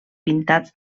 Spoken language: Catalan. pintats